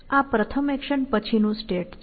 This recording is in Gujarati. આ પ્રથમ એક્શન પછીનું સ્ટેટ છે